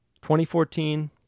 2014